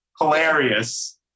Hilarious